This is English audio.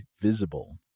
Visible